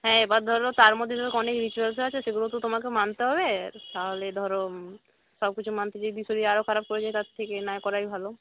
হ্যাঁ এবার ধরো তার মধ্যে তো অনেক রিচুয়ালসও আছে সেগুলোও তো তোমাকে মানতে হবে তাহলে ধরো সব কিছু মানতে যেয়ে যদি শরীর আরো খারাপ করে যায় তার থেকে না করাই ভালো